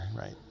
right